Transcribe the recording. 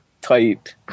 tight